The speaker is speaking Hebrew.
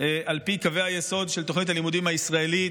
על פי קווי היסוד של תוכנית הלימודים הישראלית,